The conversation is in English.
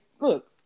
look